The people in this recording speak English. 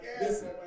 listen